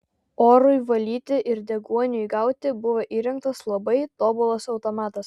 orui valyti ir deguoniui gauti buvo įrengtas labai tobulas automatas